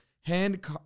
hand